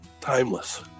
timeless